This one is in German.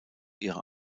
ihrer